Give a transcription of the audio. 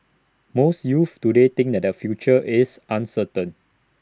most youths today think that their future is uncertain